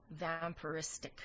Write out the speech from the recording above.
vampiristic